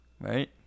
Right